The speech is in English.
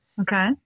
Okay